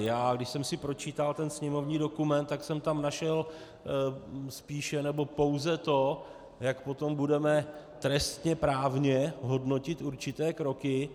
Když jsem si pročítal sněmovní dokument, tak jsem tam našel spíše, nebo pouze to, jak potom budeme trestněprávně hodnotit určité kroky.